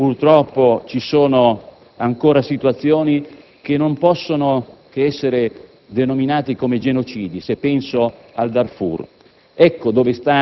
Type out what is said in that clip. dove, purtroppo, ci sono ancora situazioni che non possono che essere denominate come genocidi, e penso al Darfur.